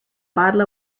bottle